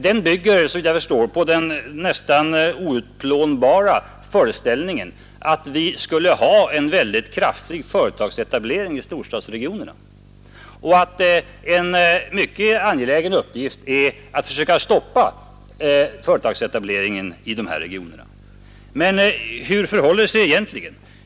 Den bygger på föreställningen att vi skulle ha en kraftig företagsetablering i storstadsregionerna och att det alltså är en mycket angelägen uppgift att försöka stoppa företagsetableringen i dessa regioner. Men hur förhåller det sig egentligen?